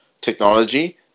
technology